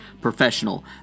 professional